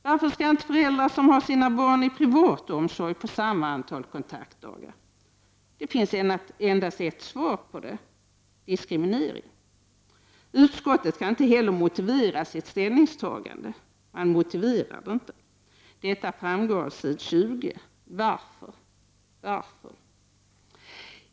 Varför skall inte föräldrar som har sina barn i privat omsorg få samma antal kontaktdagar? Det finns endast ett svar på detta. Diskriminering! Utskottet kan inte heller motivera sitt ställningstagande. Detta framgår av s. 20 i SfU11. Varför?